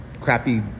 crappy